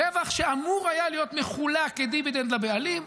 רווח שאמור היה להיות מחולק כדיבידנד לבעלים.